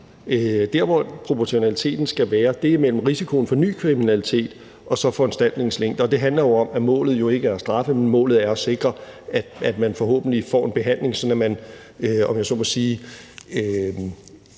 Der, hvor proportionaliteten skal være, er mellem risikoen for ny kriminalitet og så foranstaltningens længde. Det handler om, at målet jo ikke er at straffe, men målet er at sikre, at man forhåbentlig får en behandling, sådan at man, om jeg så må sige,